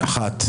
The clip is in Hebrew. הצבעה